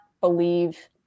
believe